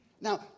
Now